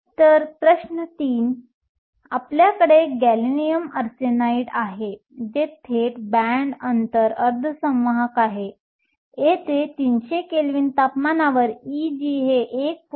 तर प्रश्न 3आपल्याकडे गॅलियम आर्सेनाइड आहे जे थेट बँड अंतर अर्धसंवाहक आहे येथे 300 केल्विन तापमानावर Eg 1